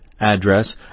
address